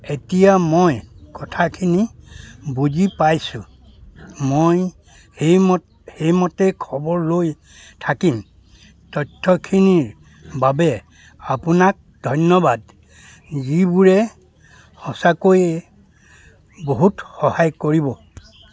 এতিয়া মই কথাখিনি বুজি পাইছোঁ মই সেইমতে খবৰ লৈ থাকিম তথ্যখিনিৰ বাবে আপোনাক ধন্যবাদ যিবোৰে সঁচাকৈয়ে বহুত সহায় কৰিব